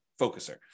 focuser